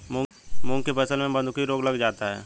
मूंग की फसल में बूंदकी रोग लग जाता है